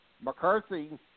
McCarthy